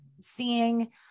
seeing